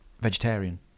vegetarian